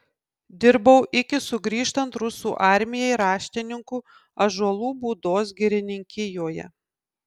dirbau iki sugrįžtant rusų armijai raštininku ąžuolų būdos girininkijoje